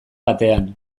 batean